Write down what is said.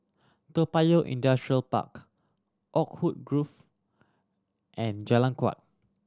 Toa Payoh Industrial Park Oakwood Grove and Jalan Kuak